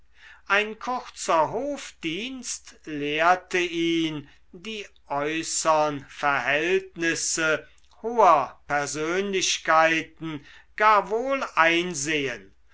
ein kurzer hofdienst lehrte ihn die äußern verhältnisse hoher persönlichkeiten gar wohl einsehen